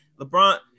LeBron